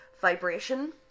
vibration